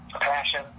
passion